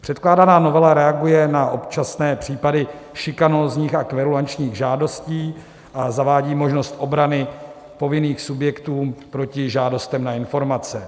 Předkládaná novela reaguje na občasné případy šikanózních a kverulačních žádostí a zavádí možnost obrany povinných subjektů proti žádostem na informace.